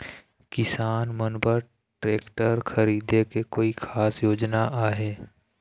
किसान मन बर ट्रैक्टर खरीदे के कोई खास योजना आहे?